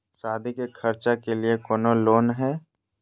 सादी के खर्चा के लिए कौनो लोन है?